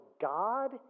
God